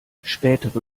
spätere